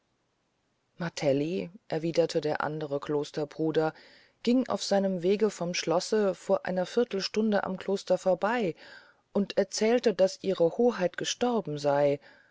martelli erwiederte der andre klosterbruder ging auf seinem wege vom schlosse vor einer viertelstunde das kloster vorbey und erzählte daß ihre hoheit gestorben sey